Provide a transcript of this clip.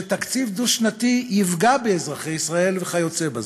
שתקציב דו-שנתי יפגע באזרחי ישראל, וכיוצא בזה.